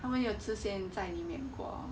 他们有出现在里面过